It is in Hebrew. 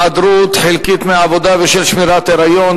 היעדרות חלקית מעבודה בשל שמירת היריון),